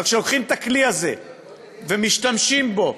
אבל כשלוקחים את הכלי הזה ומשתמשים, עודד,